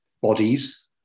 bodies